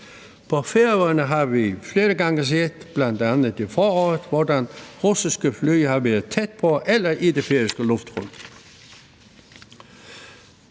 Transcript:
På Færøerne har vi flere gange set, bl.a. i foråret, hvordan russiske fly har været tæt på eller i det færøske luftrum.